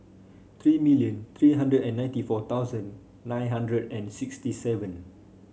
three million three hundred and ninety four thousand nine hundred and sixty seven